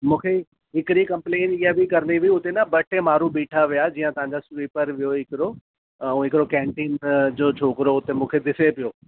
मूंखे हिकिड़ी कंप्लेन हीअ बि करिणी हुई हुते न ॿ टे माण्हू बीठा हुया जीअं तव्हांजा स्वीपर हुयो हिकिड़ो ऐं हिकिड़ो कैंटीन जो छोकिरो उते मूंखे ॾिसे पियो